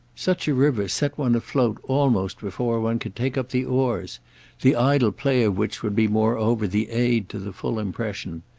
such a river set one afloat almost before one could take up the oars the idle play of which would be moreover the aid to the full impression.